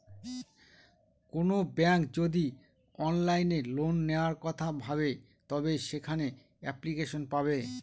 কোনো ব্যাঙ্ক যদি অনলাইনে লোন নেওয়ার কথা ভাবে তবে সেখানে এপ্লিকেশন পাবে